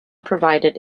provided